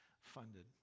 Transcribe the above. funded